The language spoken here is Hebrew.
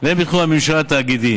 והן בתחום הממשל התאגידי.